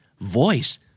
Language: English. Voice